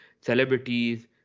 celebrities